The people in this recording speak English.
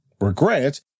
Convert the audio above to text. Regret